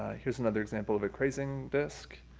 here's another example of a crazing disc.